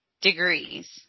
degrees